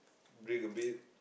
drink a bit